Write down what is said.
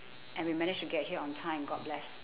and we managed to get here on time god bless